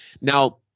Now